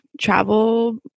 travel